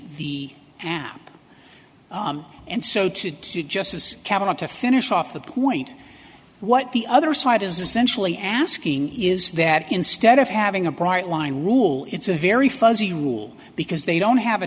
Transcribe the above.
the app and so to do justice kavanagh to finish off the point what the other side is essentially asking is that instead of having a bright line rule it's a very fuzzy rule because they don't have a